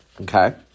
okay